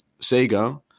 sega